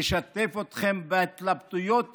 לשתף אתכם בהתלבטויות